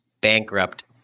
bankrupt